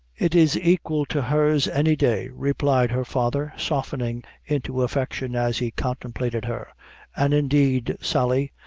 it is aiquil to hers any day, replied her father, softening into affection as he contemplated her and indeed, sally,